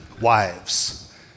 wives